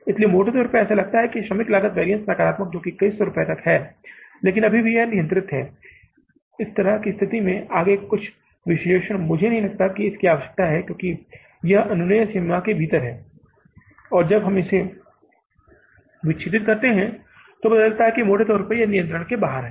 इसलिए मोटे तौर पर ऐसा लगता है कि श्रमिक लागत वैरिअन्स नकारात्मक है जो 2100 तक है लेकिन यह अभी भी नियंत्रण में है इस तरह की स्थिति में आगे का विश्लेषण मुझे नहीं लगता कि इसकी आवश्यकता है क्योंकि यह अनुमेय सीमा के भीतर है और जब हमने इसे विच्छेदित किया है पता चला कि मोटे तौर पर यह नियंत्रण से बाहर है